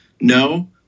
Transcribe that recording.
No